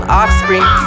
offspring